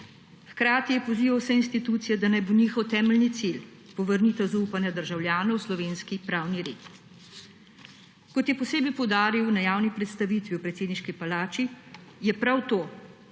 Hkrati je pozival vse institucije, da naj bo njihov temeljni cilj povrnitev zaupanja državljanov v slovenski pravni red. Kot je posebej poudaril na javni predstavitvi v predsedniški palači, je prav to,